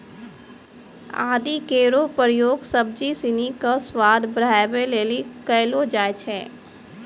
आदि केरो प्रयोग सब्जी सिनी क स्वाद बढ़ावै लेलि कयलो जाय छै